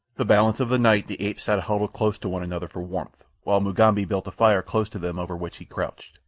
the balance of the night the apes sat huddled close to one another for warmth while mugambi built a fire close to them over which he crouched.